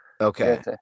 Okay